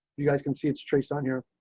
you guys can see, it's trace on here.